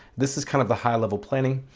this is kind of the high-level planning,